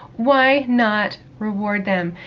why not reward them?